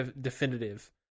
definitive